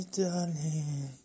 darling